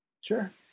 Sure